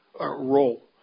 role